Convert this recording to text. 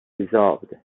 resolved